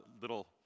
little